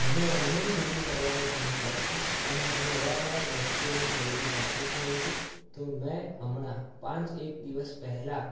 મને ઓનલાઈન ખરીદી કરવાનો ઘણો શોખ છે અને હું અવારનવાર વસ્તુઓની ખરીદી કરતો જ રહું છું તો મેં હમણાં પાંચ એક દિવસ પહેલાં